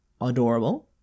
adorable